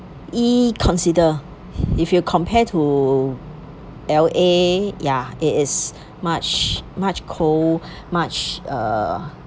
!ee! consider if you compare to L_A ya it is much much cold much uh